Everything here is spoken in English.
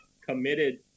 committed